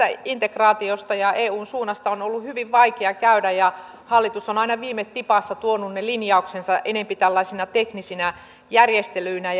integraatiosta ja eun suunnasta on ollut hyvin vaikea käydä ja hallitus on aina viime tipassa tuonut ne linjauksensa ja enempi tällaisina teknisinä järjestelyinä